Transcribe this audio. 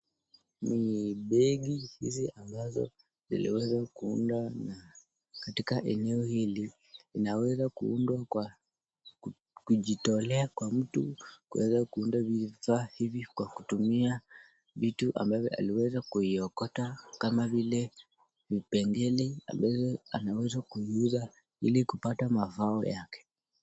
Ni begi ambazo zimeweza kuundwa na katika eneo hili, inaweza kuundwa kwa kujitolea kwa mtu kuweza kuunda vifaa hivi kwa kutumia, vitu ambabvyo aliweza kuokota kama vile vipengele, anaweza kuiuza ili kupata mazao yake.